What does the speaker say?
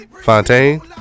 Fontaine